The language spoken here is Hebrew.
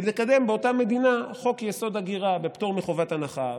ולקדם באותה מדינה חוק-יסוד: הגירה בפטור מחובת הנחה,